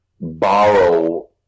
borrow